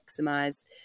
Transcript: maximize